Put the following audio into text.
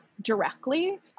directly